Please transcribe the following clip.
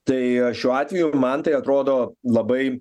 tai šiuo atveju man tai atrodo labai